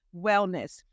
wellness